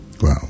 Wow